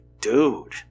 dude